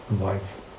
life